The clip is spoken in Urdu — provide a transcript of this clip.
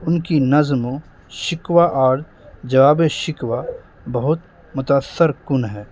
ان کی نظم شکوہ اور جواب شکوہ بہت متثر کن ہے